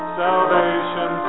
salvation